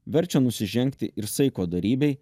verčia nusižengti ir saiko dorybei